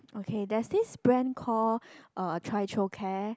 okay there's this brand call uh Tricho Care